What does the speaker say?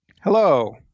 Hello